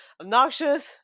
obnoxious